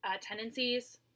tendencies